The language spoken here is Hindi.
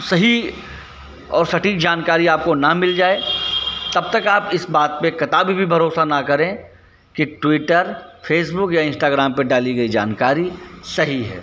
सही और सटीक जानकारी आपको न मिल जाए तब तक आप इस बात पर कदापि भी भरोसा न करें कि ट्विटर फ़ेसबुक या इंस्टाग्राम पर डाली गई जानकारी सही हैं